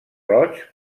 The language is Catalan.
roig